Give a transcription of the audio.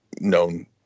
Known